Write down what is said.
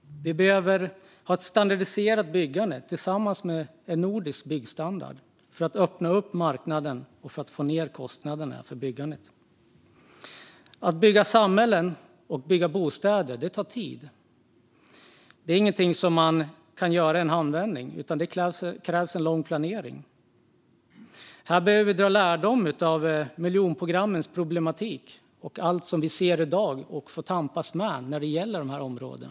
Vi behöver ha ett standardiserat byggande tillsammans med en nordisk byggstandard för att öppna upp marknaden och för att få ned kostnaderna för byggandet. Att bygga samhällen och att bygga bostäder tar tid. Det är ingenting som man kan göra i en handvändning, utan det krävs lång planering. Här behöver vi dra lärdom av miljonprogrammets problematik och allt som vi ser i dag och får tampas med när det gäller dessa områden.